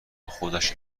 خودش